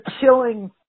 killing